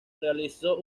realizó